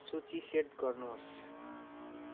सूची सेट गर्नुहोस्